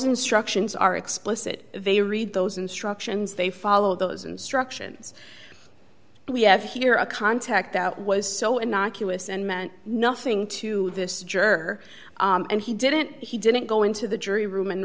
instructions are explicit they read those instructions they follow those instructions we have here a contact that was so innocuous and meant nothing to this juror and he didn't he didn't go into the jury room and